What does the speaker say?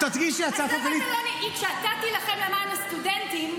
אבל זה המצב --- כשאתה תילחם למען הסטודנטים,